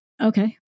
okay